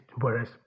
whereas